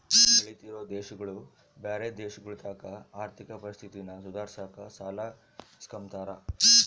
ಬೆಳಿತಿರೋ ದೇಶಗುಳು ಬ್ಯಾರೆ ದೇಶಗುಳತಾಕ ಆರ್ಥಿಕ ಪರಿಸ್ಥಿತಿನ ಸುಧಾರ್ಸಾಕ ಸಾಲ ಇಸ್ಕಂಬ್ತಾರ